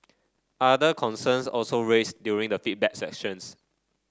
other concerns also raise during the feedback sessions